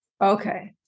Okay